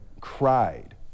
cried